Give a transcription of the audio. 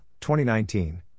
2019